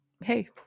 hey